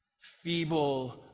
feeble